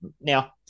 Now